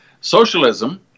Socialism